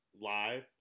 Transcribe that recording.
live